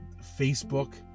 Facebook